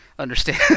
understand